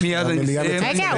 המליאה --- רגע,